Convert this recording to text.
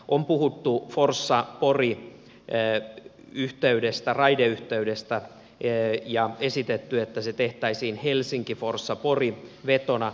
on puhuttu forssapori yhteydestä raideyhteydestä ja esitetty että se tehtäisiin helsinkiforssapori vetona